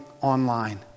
online